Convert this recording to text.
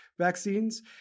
vaccines